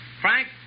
Frank